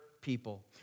people